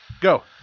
Go